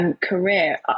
career